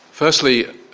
Firstly